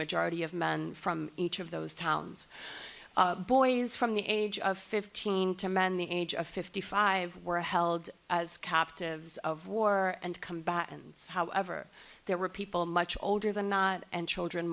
majority of men from each of those towns boys from the age of fifteen to men the age of fifty five were held as captives of war and combatants however there were people much older than not and children